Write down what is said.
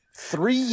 three